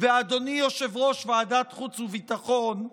ואדוני יושב-ראש ועדת חוץ וביטחון,